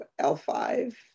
L5